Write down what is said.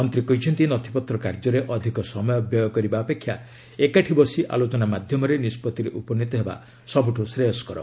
ମନ୍ତ୍ରୀ କହିଛନ୍ତି ନଥିପତ୍ର କାର୍ଯ୍ୟରେ ଅଧିକ ସମୟ ବ୍ୟୟ କରିବା ଅପେକ୍ଷା ଏକାଠି ବସି ଆଲୋଚନା ମାଧ୍ୟମରେ ନିଷ୍ପଭିରେ ଉପନୀତ ହେବା ସବୁଠୁ ଶ୍ରେୟସ୍କର